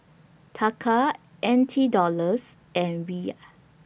Taka N T Dollars and Riyal